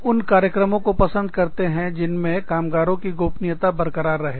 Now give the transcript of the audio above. लोग उन कार्यक्रमों को पसंद करते हैं जिनमें कामगारों की गोपनीयता बरकरार रहे